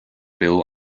bill